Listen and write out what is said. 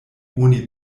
oni